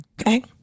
Okay